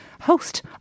host